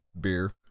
Beer